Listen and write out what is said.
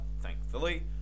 Thankfully